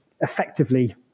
effectively